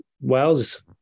Wales